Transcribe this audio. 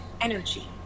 energy